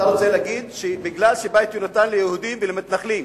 אתה רוצה להגיד שבגלל ש"בית יהונתן" ליהודים ולמתנחלים,